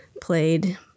played